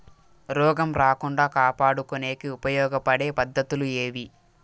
రోగం రాకుండా కాపాడుకునేకి ఉపయోగపడే పద్ధతులు ఏవి?